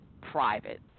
private